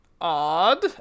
Odd